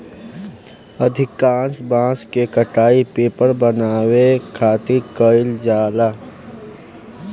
अधिकांश बांस के कटाई पेपर बनावे खातिर कईल जाला